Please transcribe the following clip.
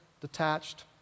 detached